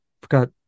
forgot